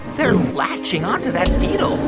they're latching onto that beetle